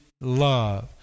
love